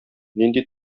нинди